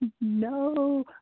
no